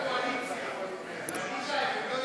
הארכת הסובסידיה לייצור ביצי מאכל ופטימים),